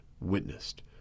witnessed